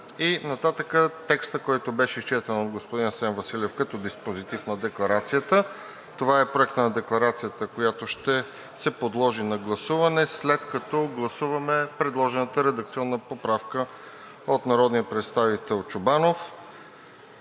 и нататък текстът, който беше изчетен от господин Асен Василев като диспозитив на Декларацията. Това е Проектът на декларацията, която ще се подложи на гласуване, след като гласуваме предложената редакционна поправка от народния представител Чобанов,